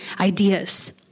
ideas